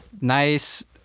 nice